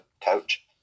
coach